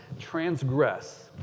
transgress